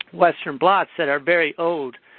western blots that are very old.